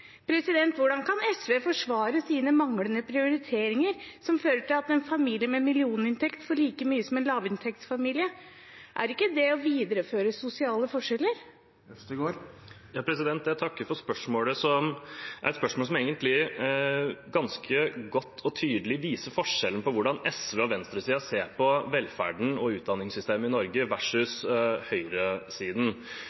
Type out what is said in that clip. Hvordan kan SV forsvare sine manglende prioriteringer, som fører til at en familie med millioninntekt får like mye som en lavinntektsfamilie? Er ikke det å videreføre sosiale forskjeller? Jeg takker for spørsmålet, som egentlig ganske godt og tydelig viser forskjellen mellom hvordan SV og venstresiden versus høyresiden ser på velferden og utdanningssystemet i Norge.